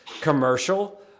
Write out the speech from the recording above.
commercial